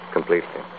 Completely